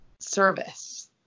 service